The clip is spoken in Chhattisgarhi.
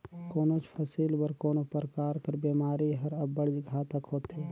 कोनोच फसिल बर कोनो परकार कर बेमारी हर अब्बड़ घातक होथे